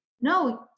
no